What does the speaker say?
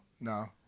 No